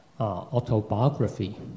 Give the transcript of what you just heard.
autobiography